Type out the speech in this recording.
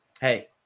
hey